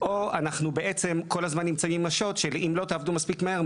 או אנחנו בעצם כל הזמן נמצאים עם השוט של אם לא תעבדו מספיק מהר,